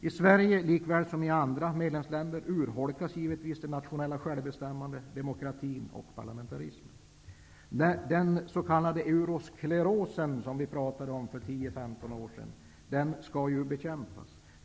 I Sverige, lika väl som i andra medlemsländer, urholkas givetvis det nationella självbestämmandet, demokratin och parlamentarismen. Den s.k. eouroskleros som vi talade om för 10--15 år sedan skall bekämpas.